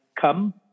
come